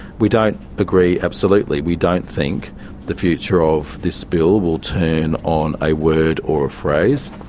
we don't agree absolutely. we don't think the future of this bill will turn on a word or a phrase.